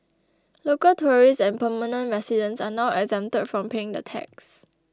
local tourists and permanent residents are now exempted from paying the tax